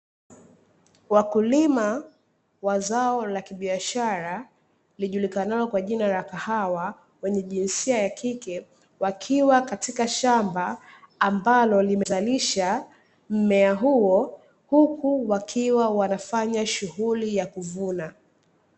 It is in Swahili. Wakulima wa zao la kibiashara, lijulikanalo kwa jina la kahawa wenye jinsia ya kike wakiwa katika shamba ambalo limezalisha mmea huo huku wakiwa wanafanya shughuli ya kuvuna